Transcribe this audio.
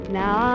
now